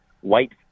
white